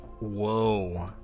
Whoa